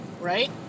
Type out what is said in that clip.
right